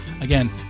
Again